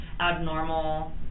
abnormal